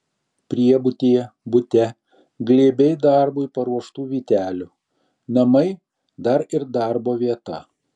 priebutyje bute glėbiai darbui paruoštų vytelių namai dar ir darbo vieta